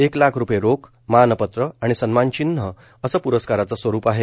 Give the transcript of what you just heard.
एक लाख रुपये रोख मानपत्र आणि सन्मादनचिन्हश असं प्रस्कारराचं स्व्रुप आहे